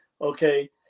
okay